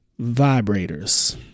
vibrators